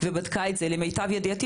במדינת ישראל